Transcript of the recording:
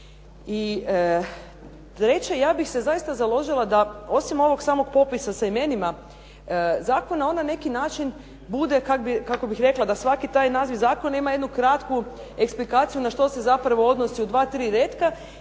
treće. Ja bih se zaista založila da osim ovog samog popisa sa imenima zakona, on na neki način bude kako bih rekla, da svaki taj naziv zakona ima jednu kratku eksplikaciju na što se zapravo odnosi u dva, tri retka.